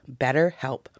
BetterHelp